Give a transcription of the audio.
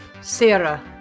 Sarah